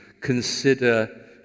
consider